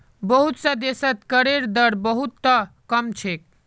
बहुत स देशत करेर दर बहु त कम छेक